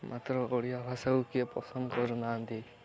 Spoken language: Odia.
ମାତ୍ର ଓଡ଼ିଆ ଭାଷାକୁ କିଏ ପସନ୍ଦ କରୁନାହାନ୍ତି